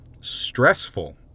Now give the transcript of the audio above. stressful